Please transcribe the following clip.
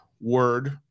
word